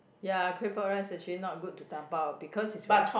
ya claypot rice actually not good to dabao because it's very hot